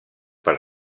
per